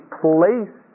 place